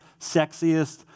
sexiest